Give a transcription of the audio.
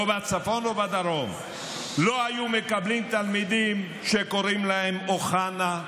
בצפון או בדרום לא היו מקבלים תלמידים שקוראים להם אוחנה,